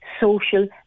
social